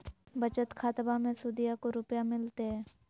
बचत खाताबा मे सुदीया को रूपया मिलते?